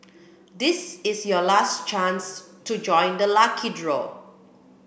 this is your last chance to join the lucky draw